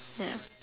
ya